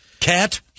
Cat